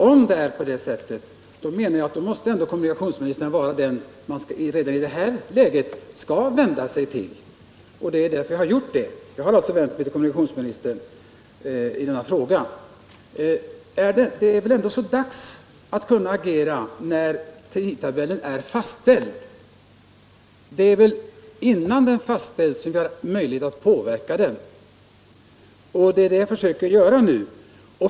Om det är på det sättet, menar jag att kommunikationsministern ändå måste 13 vara den som man i detta läge skall vända sig till, och det är därför som jag har gjort det. Det är så dags att agera när tidtabellen är fastställd! Det är väl innan den fastställs som vi har möjlighet att påverka den, och det är det jag försöker göra nu.